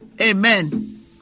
Amen